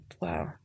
wow